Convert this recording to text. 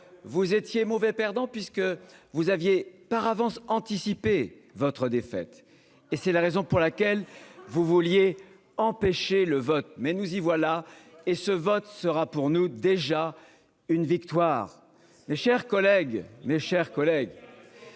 Vous étiez mauvais perdant puisque vous aviez par avance anticipé votre défaite. Et c'est la raison pour laquelle vous vouliez empêcher le vote, mais nous y voilà, et ce vote sera pour nous déjà. Une victoire, mes chers collègues, mes chers collègues.